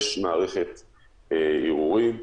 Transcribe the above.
יש מערכת ערעורים,